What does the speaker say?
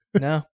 No